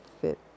fit